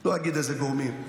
לא אגיד איזה גורמים: